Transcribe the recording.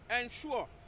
ensure